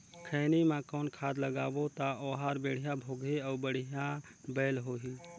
खैनी मा कौन खाद लगाबो ता ओहार बेडिया भोगही अउ बढ़िया बैल होही?